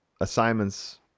assignments